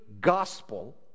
gospel